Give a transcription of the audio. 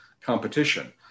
competition